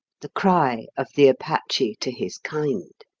the cry of the apache to his kind.